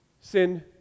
sin